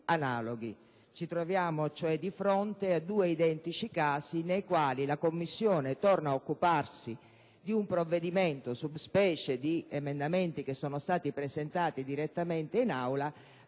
Ci troviamo cioè di fronte a due identici casi nei quali la Commissione torna ad occuparsi di un provvedimento *sub specie* di emendamenti che sono stati presentati direttamente in Aula,